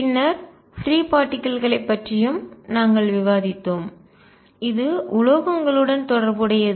பின்னர் free particle களை பற்றியும் நாங்கள் விவாதித்தோம் இது உலோகங்களுடன் தொடர்புடையது